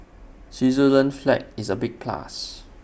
Switzerland's flag is A big plus